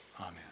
Amen